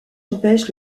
empêche